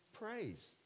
praise